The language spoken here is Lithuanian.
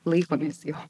laikomės jo